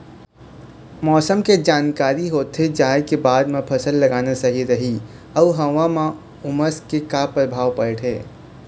मौसम के जानकारी होथे जाए के बाद मा फसल लगाना सही रही अऊ हवा मा उमस के का परभाव पड़थे?